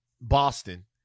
Boston